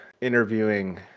interviewing